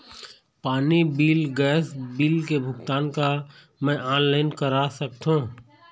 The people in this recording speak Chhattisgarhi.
पानी बिल गैस बिल के भुगतान का मैं ऑनलाइन करा सकथों?